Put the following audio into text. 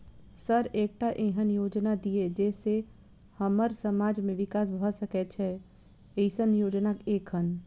Sir एकटा एहन योजना दिय जै सऽ हम्मर समाज मे विकास भऽ सकै छैय एईसन योजना एखन?